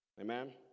Amen